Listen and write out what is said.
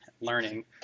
learning